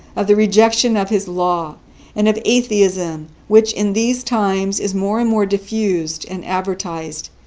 of the rejection of his law, and of atheism which, in these times, is more and more diffused and advertised.